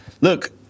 Look